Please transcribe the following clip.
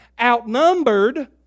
outnumbered